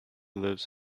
lives